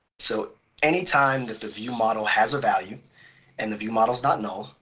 so anytime that the viewmodel has a value and the viewmodels not null,